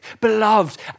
Beloved